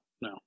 no